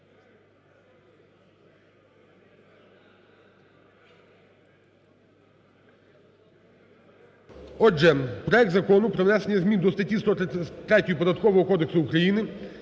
Отже, проект Закону про внесення змін до статті 133